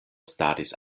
staris